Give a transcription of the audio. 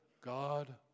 God